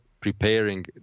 preparing